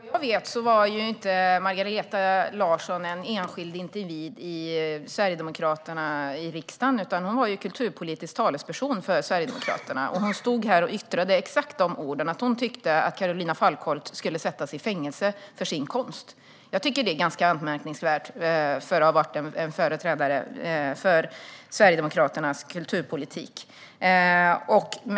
Herr talman! Vad jag vet var inte Margareta Larsson en enskild individ i Sverigedemokraterna i riksdagen. Hon var kulturpolitisk talesperson för Sverigedemokraterna, och hon stod här och yttrade exakt dessa ord. Hon tyckte att Carolina Falkholt skulle sättas i fängelse för sin konst. Jag tycker att det är ganska anmärkningsvärt av en företrädare för Sverigedemokraternas kulturpolitik.